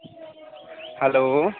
hello